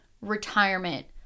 retirement